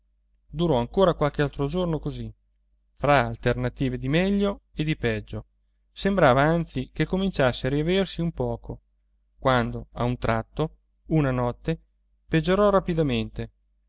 durò ancora qualche altro giorno così fra alternative di meglio e di peggio sembrava anzi che cominciasse a riaversi un poco quando a un tratto una notte peggiorò rapidamente